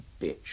bitch